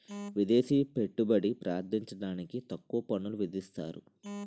విదేశీ పెట్టుబడి ప్రార్థించడానికి తక్కువ పన్నులు విధిస్తారు